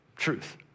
truth